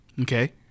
Okay